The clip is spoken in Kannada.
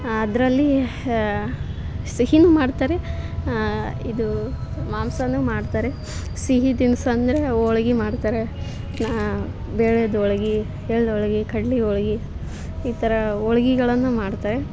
ಅದರಲ್ಲಿ ಸಿಹಿನೂ ಮಾಡ್ತಾರೆ ಇದು ಮಾಂಸನೂ ಮಾಡ್ತಾರೆ ಸಿಹಿ ತಿನಿಸು ಅಂದರೆ ಹೋಳ್ಗಿ ಮಾಡ್ತಾರೆ ಬೆಲ್ಲದ ಹೋಳ್ಗಿ ಎಳ್ಳು ಹೋಳ್ಗಿ ಕಡ್ಲೆ ಹೋಳ್ಗಿ ಈ ಥರ ಹೋಳ್ಗಿಗಳನ್ನು ಮಾಡ್ತಾರೆ